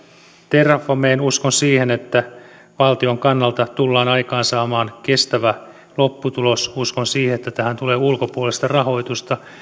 terrafameen uskon siihen että valtion kannalta tullaan aikaansaamaan kestävä lopputulos uskon siihen että tähän tulee ulkopuolista rahoitusta